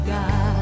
God